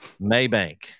Maybank